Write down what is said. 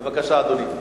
בבקשה, אדוני.